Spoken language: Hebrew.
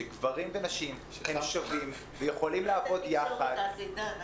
שגברים ונשים הם שווים ויכולים לעבוד יחד?